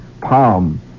palm